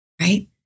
right